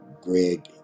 greg